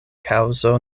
kaŭzo